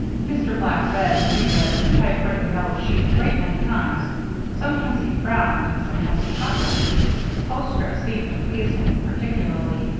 mr. black read and reread the typewritten yellow sheet a great many times sometimes he frowned, sometimes he chuckled the postscript seemed to please him particularly,